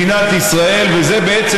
התשע"ט 2018. מי בעד?